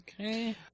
Okay